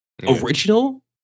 Original